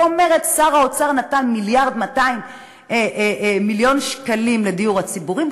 ואומרת: שר האוצר נתן 1.2 מיליארד שקלים לדיור הציבורי,